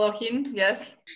Yes